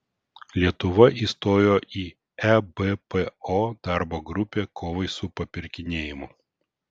lietuva įstojo į ebpo darbo grupę kovai su papirkinėjimu